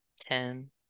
Ten